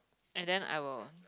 and then I will